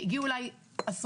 הגיעו אליי עשרות,